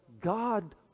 God